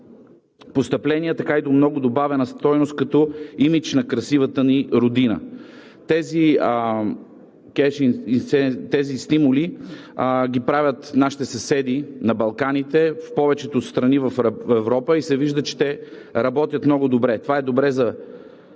постъпления, така и до много добавена стойност като имидж на красивата ни родина. Тези стимули ги правят нашите съседи на Балканите, в повечето страни от Европа и се вижда, че те работят много добре. Това е добре за